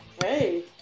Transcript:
hey